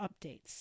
updates